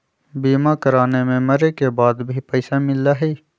बीमा कराने से मरे के बाद भी पईसा मिलहई?